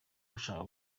gushaka